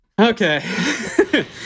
Okay